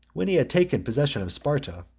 when he had taken possession of sparta,